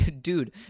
dude